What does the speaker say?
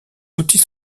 outils